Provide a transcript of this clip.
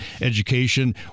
education